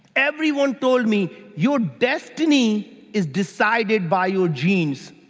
everyone told me your destiny is decided by your genes.